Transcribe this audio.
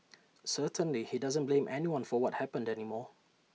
certainly he doesn't blame anyone for what happened anymore